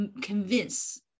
convince